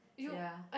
ya